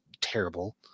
terrible